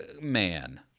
Man